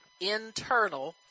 internal